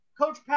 Coach